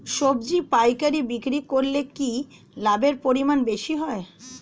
সবজি পাইকারি বিক্রি করলে কি লাভের পরিমাণ বেশি হয়?